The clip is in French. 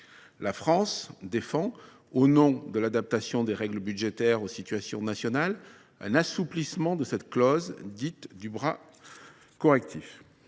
La France défend, au nom de l’adaptation des règles budgétaires aux situations nationales, un assouplissement de cette clause dite du « bras correctif ».